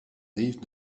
rives